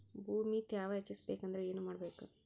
ಭೂಮಿ ತ್ಯಾವ ಹೆಚ್ಚೆಸಬೇಕಂದ್ರ ಏನು ಮಾಡ್ಬೇಕು?